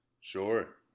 Sure